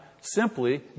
simply